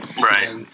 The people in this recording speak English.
Right